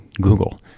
Google